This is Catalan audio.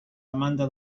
demanda